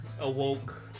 awoke